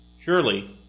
Surely